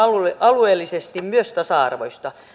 alueellisesti myös tasa arvoista